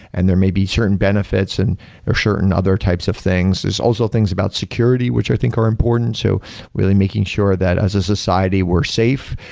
and there may be certain benefits and or certain other types of things. there's also things about security, which i think are important. so really making sure that as a society we're safe,